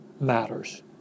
matters